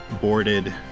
boarded